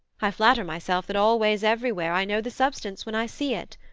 i flatter myself that always everywhere i know the substance when i see it.